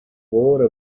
wore